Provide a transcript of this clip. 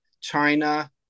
China